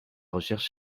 recherche